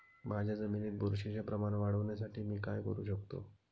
माझ्या जमिनीत बुरशीचे प्रमाण वाढवण्यासाठी मी काय करू शकतो?